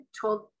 told